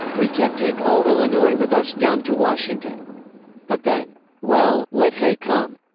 we can't take all illinois with us down to washington but then well, let hay come.